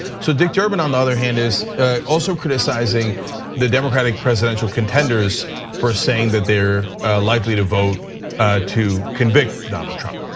so dick durbin, on the other hand, is also criticizing the democratic presidential contenders for saying that they're likely to vote to convict donald trump.